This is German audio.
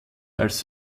als